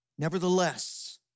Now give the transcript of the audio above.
Nevertheless